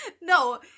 No